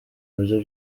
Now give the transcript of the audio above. buryo